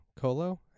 Colo